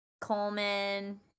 Coleman